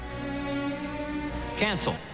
Cancel